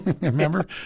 Remember